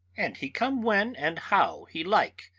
and he come when and how he like.